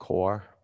core